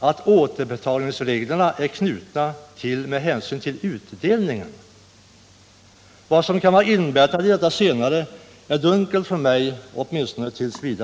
att återbetalningsreglerna skall formas med hänsyn till utdelningen. Vad som kan vara inbäddat i detta senare är dunkelt för mig, åtminstone t. v.